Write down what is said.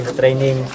training